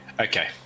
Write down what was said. Okay